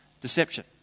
deception